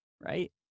right